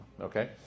Okay